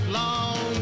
long